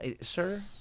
sir